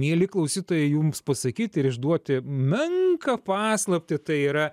mieli klausytojai jums pasakyt ir išduoti menką paslaptį tai yra